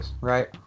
Right